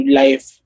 life